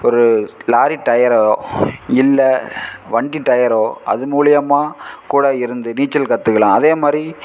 ஒரு லாரி டயரோ இல்லை வண்டி டயரோ அது மூலிமா கூட இருந்து நீச்சல் கற்றுக்கலாம் அதே மாதிரி